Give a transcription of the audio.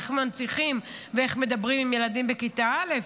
איך מנצחים ואיך מדברים עם ילדים בכיתה א'.